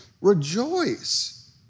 rejoice